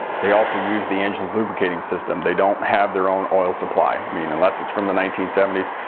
they also use the engines lubricating system. they don't have their own oil supply. i mean unless it's from the nineteen seventies